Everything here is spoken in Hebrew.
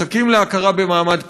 מחכים להכרה במעמד פליט.